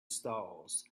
stalls